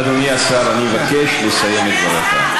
אדוני השר, אני מבקש לסיים את דבריך.